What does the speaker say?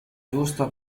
giusto